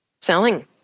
selling